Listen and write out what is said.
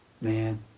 man